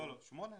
לא, שמונה.